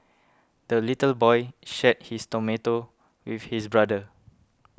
the little boy shared his tomato with his brother